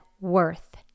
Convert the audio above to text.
worth